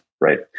Right